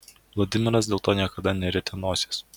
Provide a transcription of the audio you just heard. vladimiras dėl to niekada nerietė nosies